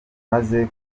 maze